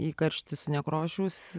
įkarštis nekrošiaus